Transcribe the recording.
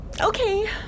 Okay